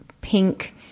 pink